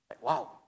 Wow